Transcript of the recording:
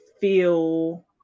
feel